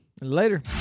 Later